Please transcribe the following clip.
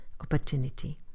opportunity